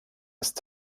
ist